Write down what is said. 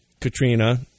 Katrina